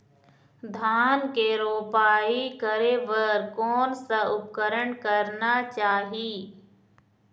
धान के रोपाई करे बर कोन सा उपकरण करना चाही?